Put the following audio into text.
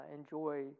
enjoy